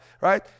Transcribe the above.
right